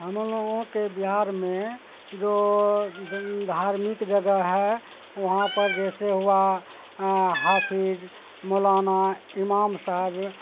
ہم لوگوں کے بہار میں جو دھارمک جگہ ہے وہاں پر جیسے ہوا حافظ مولانا امام صاحب